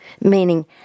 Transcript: meaning